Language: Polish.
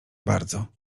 bardzo